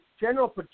General